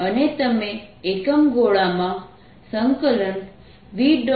અને તમે એકમ ગોળામાં V